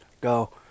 go